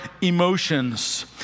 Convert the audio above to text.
emotions